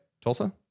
Tulsa